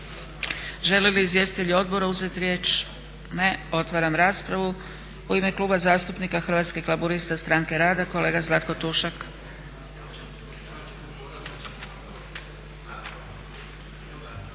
Žele li izvjestitelji odbora uzeti riječ? Ne. Otvaram raspravu. U ime Kluba zastupnika Hrvatskih laburista – Stranke rada kolega Zlatko Tušak.